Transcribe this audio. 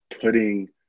putting